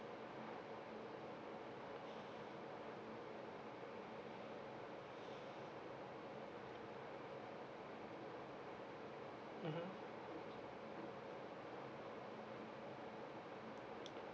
mmhmm